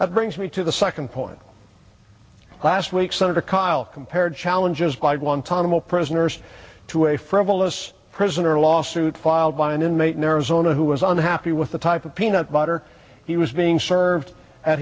that brings me to the second point last week senator kyl compared challenges by guantanamo prisoners to a frivolous prison or a lawsuit filed by an inmate in arizona who was unhappy with the type of peanut butter he was being served at